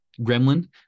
gremlin